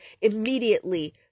immediately